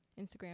Instagram